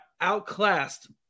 outclassed